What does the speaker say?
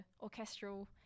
orchestral